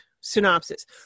synopsis